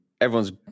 everyone's